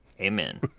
Amen